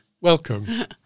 welcome